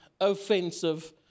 offensive